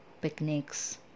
picnics